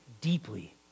deeply